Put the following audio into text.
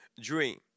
dream